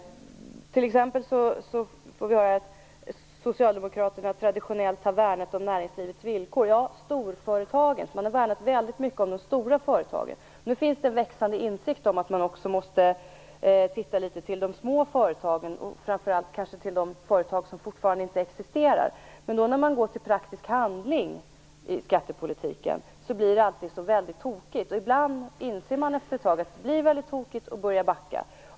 Man säger att Socialdemokraterna traditionellt värnat näringslivets villkor. Ja, man har värnat om de stora företagen. Nu finns det en växande insikt om att man också måste titta litet till de små företagen, framför allt de företag som fortfarande inte existerar. När man går till praktisk handling i skattepolitiken blir det alltid så väldigt tokigt. Ibland inser man att efter ett tag att det blir väldigt tokigt och börjar backa.